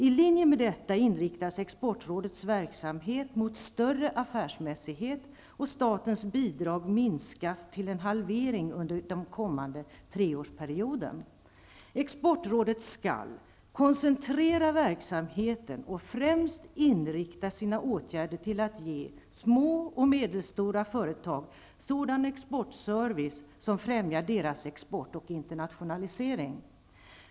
I linje med detta inriktas exportrådets verksamhet mot större affärsmässighet, och statens bidrag minskas till hälften under den kommande treårsperioden. Exportrådet skall koncentrera verksamheten och främst inrikta sina åtgärder till att ge de små och medelstora företagen sådan exportservice som främjar deras export och internationalisering.